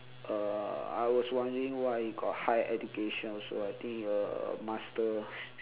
uh I was wondering why he got higher education also I think uh masters